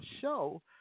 show